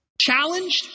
Challenged